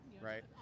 right